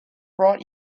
brought